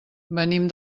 venim